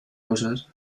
cosas